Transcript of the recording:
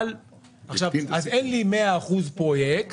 עכשיו אז אין לי 100 אחוז פרויקט